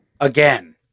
again